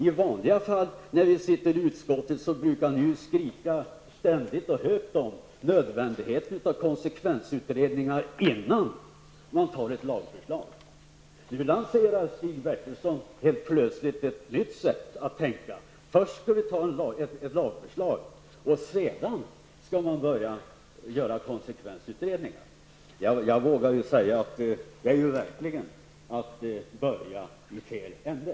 I vanliga fall, i utskottet, brukar ni ständigt och högt skrika om nödvändigheten av konsekvensutredningar innan man antar ett lagförslag. Nu lanserar Stig Bertilsson helt plötsligt ett nytt sätt att tänka. Först skall vi anta ett lagförslag, sedan skall man göra konsekvensutredningar. Jag vågar säga att det verkligen är att börja i fel ände.